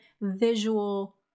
visual